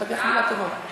תודה, תודה.